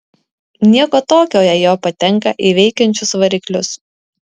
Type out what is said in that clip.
nieko tokio jei jo patenka į veikiančius variklius